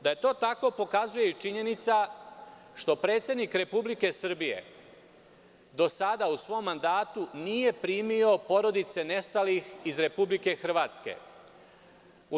Da je to tako pokazuje i činjenica što predsednik Republike Srbije do sada u svom mandatu nije primio porodice nestalih iz Republike Hrvatske.